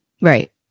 Right